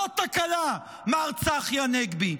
לא תקלה, מר צחי הנגבי.